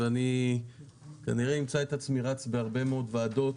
אני כנראה אמצא את עצמי רץ בהרבה מאוד ועדות